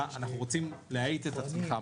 אנחנו רוצים להאיץ את הצמיחה.